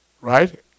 right